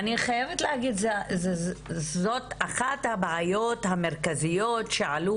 אני חייבת להגיד שזו אחת הבעיות המרכזיות שעלו